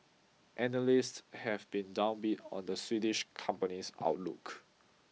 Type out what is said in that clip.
analysts have been downbeat on the Swedish company's outlook